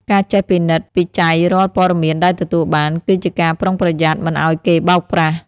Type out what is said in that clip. ការចេះពិនិត្យពិច័យរាល់ព័ត៌មានដែលទទួលបាន គឺជាការប្រុងប្រយ័ត្នមិនឱ្យគេបោកប្រាស់។